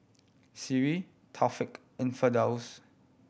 Sri Taufik and Firdaus